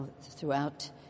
throughout